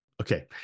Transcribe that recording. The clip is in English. Okay